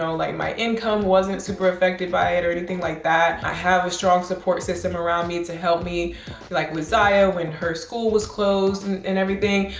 like my income wasn't super affected by it or anything like that. i have a strong support system around me to help me like with ziya when her school was closed and and everything.